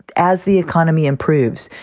as the economy improves,